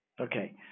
okay